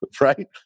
right